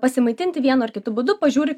pasimaitinti vienu ar kitu būdu pažiūri